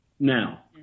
Now